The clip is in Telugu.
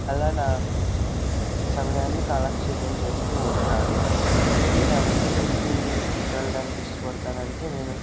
అలా నా సమయాన్ని కాలక్షేపం చేస్తూ ఉంటాను నేను ఎవరితో కలిసి వెళ్ళడానికి ఇష్టపడతాను అంటే నేను